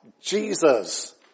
Jesus